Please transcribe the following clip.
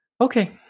Okay